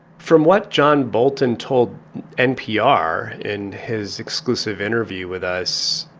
from what john bolton told npr in his exclusive interview with us,